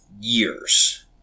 years